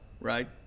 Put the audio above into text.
right